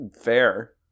Fair